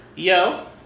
yo